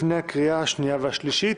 לפני הקריאה השנייה והשלישית.